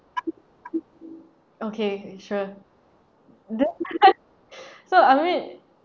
okay sure so I mean